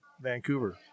Vancouver